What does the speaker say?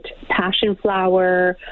passionflower